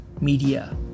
media